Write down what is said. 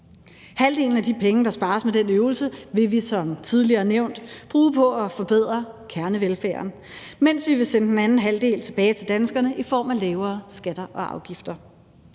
Halvdelen af de penge, der spares med den øvelse, vil vi som tidligere nævnt bruge på at forbedre kernevelfærden, mens vi vil sende den anden halvdel tilbage til danskerne i form af lavere skatter og afgifter.